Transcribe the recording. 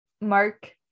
Mark